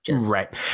Right